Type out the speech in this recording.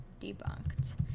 debunked